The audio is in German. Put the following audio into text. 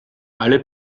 alle